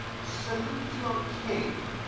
salute your king,